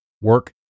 work